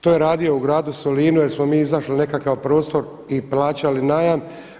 To je radio u gradu Solinu jer smo mi iznašli nekakav prostor i plaćali najam.